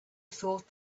thought